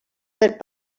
that